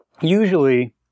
usually